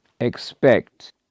expect